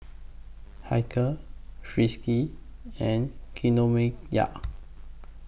Hilker Friskies and Kinokuniya